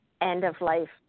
end-of-life